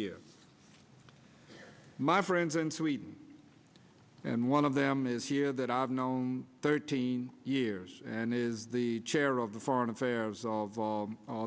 year my friends and sweet and one of them is here that i've known thirteen years and is the chair of the foreign affairs of